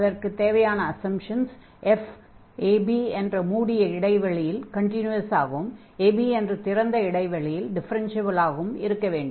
அதற்குத் தேவையான assumptions f ab என்ற இடைவெளியில் கன்டினியுவஸ் ஆகவும் ab என்ற இடைவெளியில் டிஃபெரென்ஷியபில் ஆகவும் இருக்கவேண்டும்